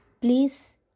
please